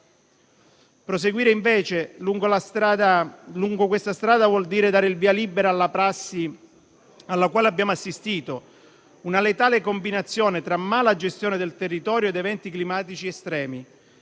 Proseguire invece lungo questa strada vuol dire dare il via libera alla prassi alla quale abbiamo assistito: una letale combinazione tra malagestione del territorio ed eventi climatici estremi,